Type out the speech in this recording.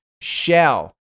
Shell